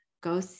go